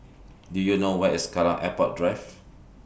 Do YOU know Where IS Kallang Airport Drive